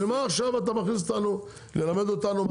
בשביל מה עכשיו אתה מכניס אותנו ללמד אותנו מה